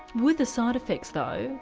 with the side effects though,